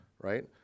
right